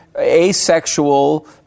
asexual